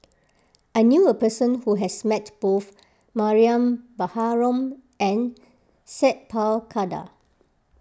I knew a person who has met both Mariam Baharom and Sat Pal Khattar